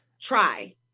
try